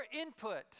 input